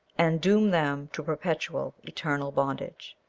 and doom them to perpetual, eternal bondage.